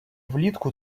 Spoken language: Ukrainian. влітку